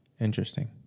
Interesting